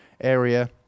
area